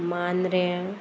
मांद्रयां